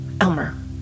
Elmer